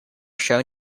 shown